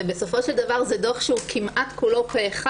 בסופו של דבר זה דוח שהוא כמעט כולו פה אחד.